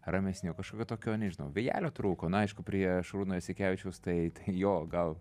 ramesni kažkokio tokio nežinau vėjelio trūko na aišku prie šarūno jasikevičiaus tai tai jo gal